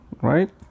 right